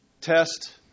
test